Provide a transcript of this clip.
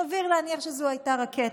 סביר להניח שזו הייתה רקטה,